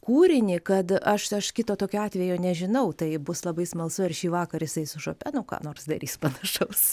kūrinį kad aš aš kito tokio atvejo nežinau tai bus labai smalsu ar šįvakar jisai su šopenu ką nors darys panašaus